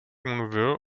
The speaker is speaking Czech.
mluvil